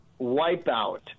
Wipeout